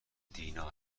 دینا